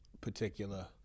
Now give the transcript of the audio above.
particular